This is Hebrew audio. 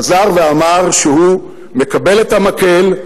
חזר ואמר שהוא מקבל את המקל,